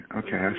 okay